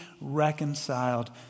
reconciled